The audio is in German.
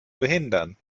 behindern